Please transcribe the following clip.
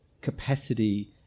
capacity